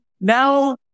now